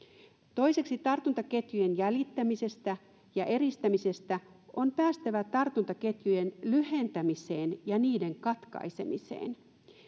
toiseksi tartuntaketjujen jäljittämisestä ja eristämisestä on päästävä tartuntaketjujen lyhentämiseen ja katkaisemiseen